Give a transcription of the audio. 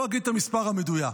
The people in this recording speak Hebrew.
לא אגיד את המספר המדויק.